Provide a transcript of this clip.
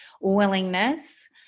willingness